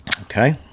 Okay